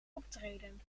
optreden